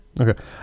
Okay